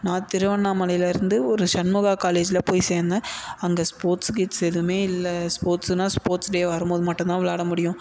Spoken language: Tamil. நான் திருவண்ணாமலையிலேருந்து ஒரு ஷண்முகா காலேஜில் போய் சேர்ந்தேன் அங்கே ஸ்போர்ட்ஸ் கிட்ஸ் எதுவுமே இல்லை ஸ்போர்ட்ஸுனா ஸ்போர்ட்ஸ் டே வரும் போது மட்டும் தான் விளாட முடியும்